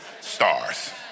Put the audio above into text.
stars